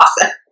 awesome